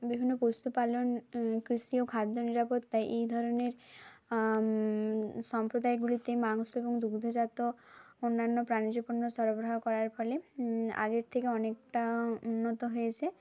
বিভিন্ন পশুপালন কৃষি ও খাদ্য নিরাপত্তায় এই ধরনের সম্প্রদায়গুলিতে মাংস এবং দুগ্ধজাত অন্যান্য প্রাণীজ পণ্য সরবরাহ করার ফলে আগের থেকে অনেকটা উন্নত হয়েছে